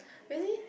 really